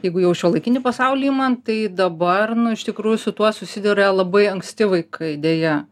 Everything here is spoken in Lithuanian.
jeigu jau šiuolaikinį pasaulį imant tai dabar nu iš tikrųjų su tuo susiduria labai anksti vaikai deja